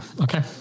Okay